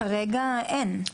כרגע אין.